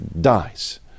dies